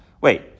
Wait